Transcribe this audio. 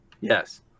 Yes